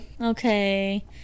Okay